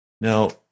Now